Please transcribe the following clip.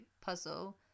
puzzle